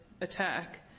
attack